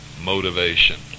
motivation